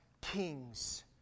kings